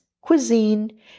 cuisine